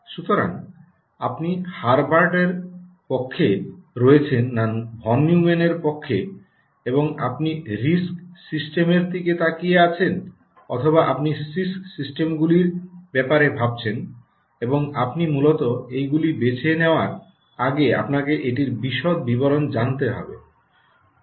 সুতরাং আপনি হার্ভার্ডের পক্ষে রয়েছেন না ভন নিউম্যানের পক্ষে এবং আপনি আরআইএসসি সিস্টেমের দিকে তাকিয়ে আছেন অথবা আপনি সিআইএসসি সিস্টেমগুলির ব্যাপারে ভাবছেন এবং আপনি মূলত এগুলি বেছে নেওয়ার আগেই আপনাকে এটির বিশদ বিবরণ জানতে হবে